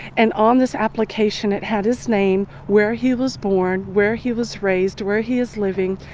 and on this application it had his name, where he was born, where he was raised, where he is living.